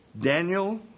Daniel